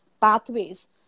pathways